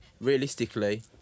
realistically